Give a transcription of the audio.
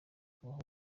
kubaho